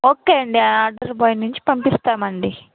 okay అండి order boy నుంచి పంపిస్తామండి